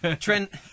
Trent